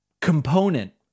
component